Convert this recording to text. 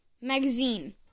Magazine